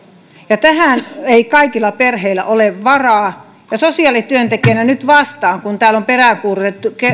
ja tähän ei kaikilla perheillä ole varaa ja sosiaalityöntekijänä nyt vastaan kun täällä on peräänkuulutettu